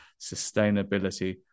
sustainability